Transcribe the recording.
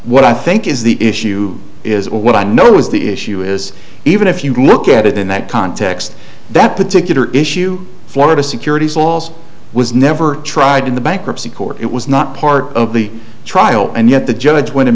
what i think is the issue is what i know is the issue is even if you look at it in that context that particular issue florida securities laws was never tried in the bankruptcy court it was not part of the trial and yet the judge went and